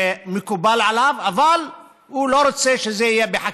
מקובל עליו, אבל הוא לא רוצה שזה יהיה בחקיקה.